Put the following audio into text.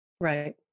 Right